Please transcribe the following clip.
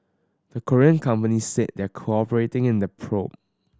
the Korean company said they're cooperating in the probe